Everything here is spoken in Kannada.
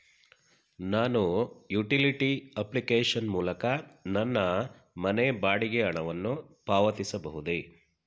ನಾನು ಯುಟಿಲಿಟಿ ಅಪ್ಲಿಕೇಶನ್ ಮೂಲಕ ನನ್ನ ಮನೆ ಬಾಡಿಗೆ ಹಣವನ್ನು ಪಾವತಿಸಬಹುದೇ?